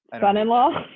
Son-in-law